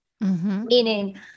Meaning